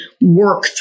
work